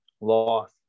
Loss